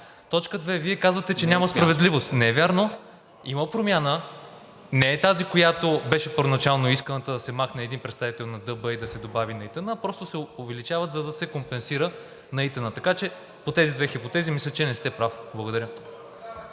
Точка две. Вие казвате, че няма справедливост. Не е вярно, има промяна. Не е тази, която беше първоначално исканата, да се махне един представител на ДБ и да се добави на ИТН, а просто се увеличават, за да се компенсират на ИТН. Така че по тези две хипотези, мисля, че не сте прав. Благодаря.